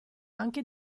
anche